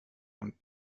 und